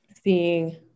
seeing